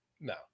no